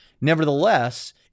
Nevertheless